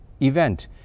event